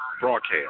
broadcast